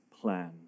plan